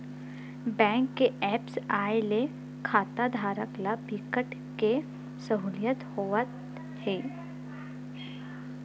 bank के apps आए ले खाताधारक ल बिकट के सहूलियत होवत हे